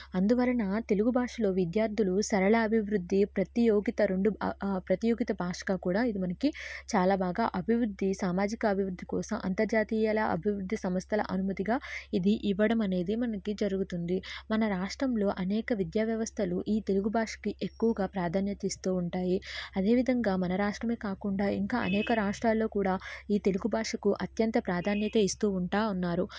అందువలన తెలుగు భాషలో విద్యార్థులు సరళ అభివృద్ధి ప్రతియోగిత రెండు ప్రతియోగిత భాషగా కూడా ఇది మనకి చాలా బాగా అభివృద్ధి సామాజిక అభివృద్ధి కోసం అంతర్జాతీయలా అభివృద్ధి సంస్థల అనుమతిగా ఇది ఇవ్వడం అనేది మనకి జరుగుతుంది మన రాష్ట్రంలో అనేక విద్యా వ్యవస్థలు ఈ తెలుగు భాషకి ఎక్కువగా ప్రాధాన్యత ఇస్తూ ఉంటాయి అదేవిధంగా మన రాష్ట్రమే కాకుండా ఇంకా అనేక రాష్ట్రాల్లో కూడా ఈ తెలుగు భాషకు అత్యంత ప్రాధాన్యత ఇస్తూ ఉంటూ ఉన్నారు